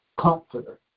comforter